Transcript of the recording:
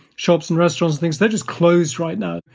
shops and restaurants things, they're just closed right now.